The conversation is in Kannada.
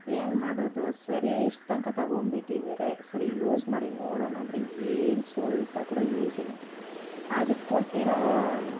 ಏನು ಮಾಡೋದು ಸರಿ ಇಷ್ಟು ತಂಕ ತೊಗೊಂಡು ಬಿಟ್ಟಿದ್ದಿರೆ ಸರಿ ಯೂಸ್ ಮಾಡಿ ನೋಡೋಣ ಅಂದರೆ ಏನು ಸ್ವಲ್ಪ ಕೂಡ ಯೂಸಿಲ್ಲ ಅದು ಕೊಟ್ಟಿರೋ